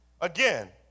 Again